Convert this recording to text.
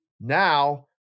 now –